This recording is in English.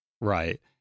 right